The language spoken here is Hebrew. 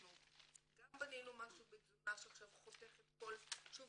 אנחנו גם בנינו משהו בתזונה שעכשיו חותך את כל שוב,